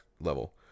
level